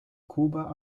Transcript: cuba